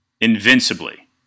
invincibly